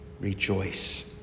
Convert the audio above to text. rejoice